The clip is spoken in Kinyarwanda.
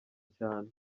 cyane